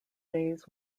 days